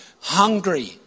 hungry